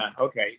okay